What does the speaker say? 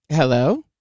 Hello